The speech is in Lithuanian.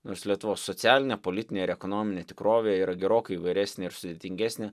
nors lietuvos socialinė politinė ir ekonominė tikrovė yra gerokai įvairesnė ir sudėtingesnė